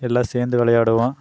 எல்லாம் சேர்ந்து விளையாடுவோம்